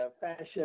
Fashion